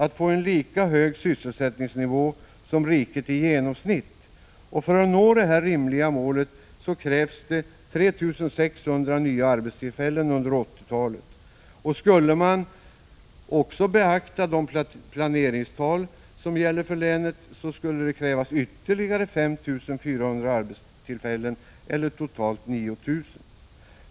1985/86:149 sysselsättningsnivå som riket i genomsnitt under 1980-talet. För att nå detta 22 maj 1986 rimliga mål krävs 3 600 nya arbetstillfällen under 1980-talet. Om man sedan också beaktar de planeringstal som gäller för länet, krävs ytterligare 5 400 arbetstillfällen eller totalt 9 000.